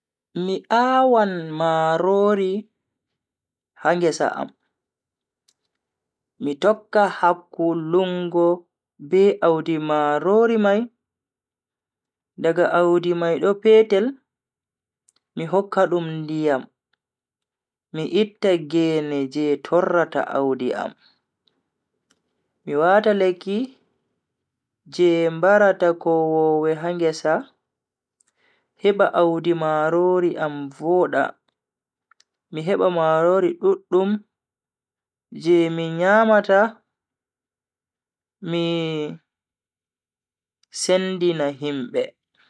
Mi aawan marori ha ngesa am, mi tokka hakkulungo be audi marori mai daga audi mai do petel, mi hokka dum ndiyam, mi itta gene je torrata audi am, mi wata lekki je mbarata kowowe ha ngesa heba audi marori am voda mi heba marori duddum je mi nyamata, mi sendina himbe.